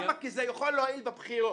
למה, כי זה יכול להועיל בבחירות.